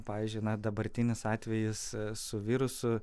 pavyzdžiui na dabartinis atvejis su virusu